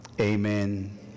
Amen